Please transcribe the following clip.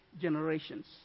generations